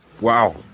Wow